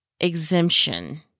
exemption